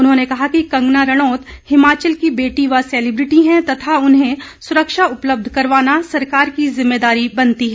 उन्होंने कहा कि कंगना रणौत हिमाचल की बेटी व सेलीब्रेटी हैं तथा उन्हें सुरक्षा उपलब्ध करवाना सरकार की जिम्मेदारी बनती है